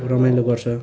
रमाइलो गरछ